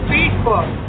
Facebook